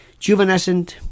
juvenescent